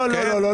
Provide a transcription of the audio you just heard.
לא נכון.